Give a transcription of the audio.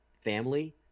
family